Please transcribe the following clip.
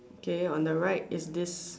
okay on the right is this